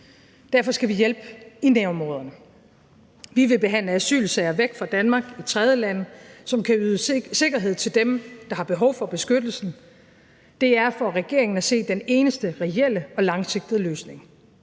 Derfor skal vi hjælpe i nærområderne. Vi vil behandle asylsager væk fra Danmark, i tredjelande, som kan yde sikkerhed til dem, der har behov for beskyttelse. Det er for regeringen at se den eneste reelle og langsigtede løsning.